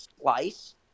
slice